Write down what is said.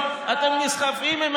מה שפעם היה